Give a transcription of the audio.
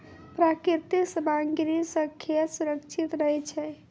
प्राकृतिक सामग्री सें खेत सुरक्षित रहै छै